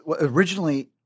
originally